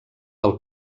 del